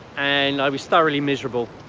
and i was thoroughly miserable.